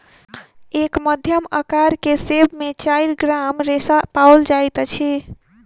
एक मध्यम अकार के सेब में चाइर ग्राम रेशा पाओल जाइत अछि